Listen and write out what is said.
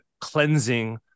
cleansing